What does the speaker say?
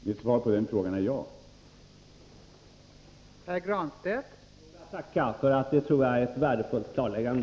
Fru talman! Då får jag tacka. Jag tror att det är ett värdefullt klarläggande.